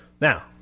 Now